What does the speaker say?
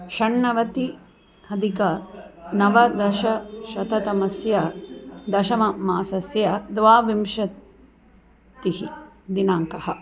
षण्णवत्यधिक नवदशशततमस्य दशममासस्य द्वाविंशतिः दिनाङ्कः